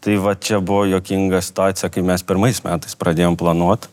tai va čia buvo juokinga situacija kai mes pirmais metais pradėjom planuot